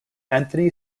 anthony